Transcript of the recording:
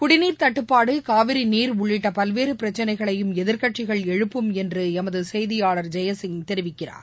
குடிநீர் தட்டுப்பாடு காவிரி நீர் உள்ளிட்ட பல்வேறு பிரச்னைகளையும் எதிர்க்கட்சிகள் எழுப்பும் என்று எமது செய்தியாளர் ஜெயசிய் தெரிவிக்கிறார்